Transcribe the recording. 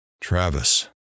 Travis